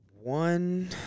one